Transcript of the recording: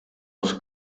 los